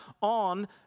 on